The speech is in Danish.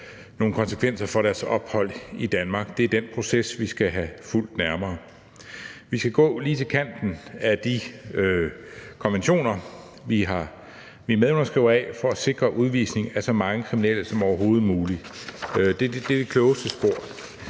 nogen konsekvenser for deres ophold i Danmark. Det er den proces, vi skal have fulgt nærmere. Vi skal gå lige til kanten af de konventioner, vi er medunderskrivere af, for at sikre udvisning af så mange kriminelle som overhovedet muligt. Det er det klogeste spor.